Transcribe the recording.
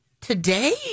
today